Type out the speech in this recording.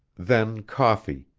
then coffee,